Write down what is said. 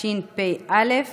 (נטילת אמצעי זיהוי ביומטריים